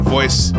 Voice